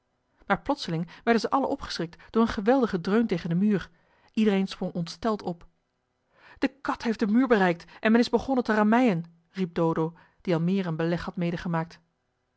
maar plotseling werden zij allen opgeschrikt door een geweldigen dreun tegen den muur iedereen sprong ontsteld op de kat heeft den muur bereikt en men is begonnen te rammeien riep dodo die al meer een beleg had medegemaakt